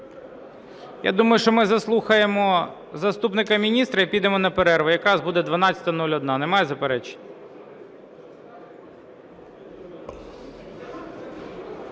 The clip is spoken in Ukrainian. Я думаю, що ми заслухаємо заступника міністра і підемо на перерву, якраз буде 12:01. Немає заперечень?